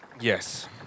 Yes